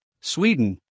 Sweden